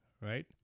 right